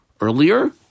earlier